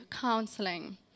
counseling